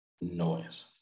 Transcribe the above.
noise